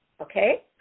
okay